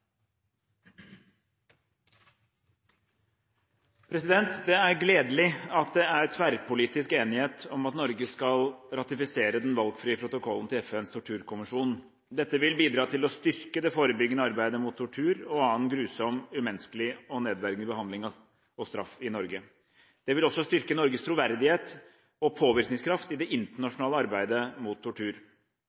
komiteen. Det er gledelig at det er tverrpolitisk enighet om at Norge skal ratifisere den valgfrie protokollen til FNs torturkonvensjon. Dette vil bidra til å styrke det forebyggende arbeidet mot tortur og annen grusom, umenneskelig og nedverdigende behandling og straff i Norge. Det vil også styrke Norges troverdighet og påvirkningskraft i det internasjonale arbeidet mot tortur.